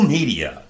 Media